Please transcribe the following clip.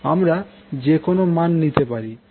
আমরা যেকোনো মান নিতে পারি